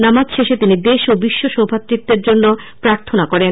নামাজ শেষে তিনি দেশ ও বিশ্ব সৌভ্রাতুত্বের জন্য প্রার্থনা করেন